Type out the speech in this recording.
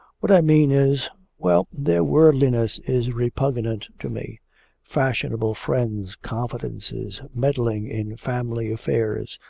what i mean is well, their worldliness is repugnant to me fashionable friends, confidences, meddling in family affairs,